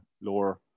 lower